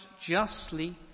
justly